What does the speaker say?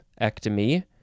ectomy